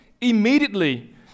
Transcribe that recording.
immediately